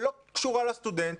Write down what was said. שלא קשורה לסטודנט,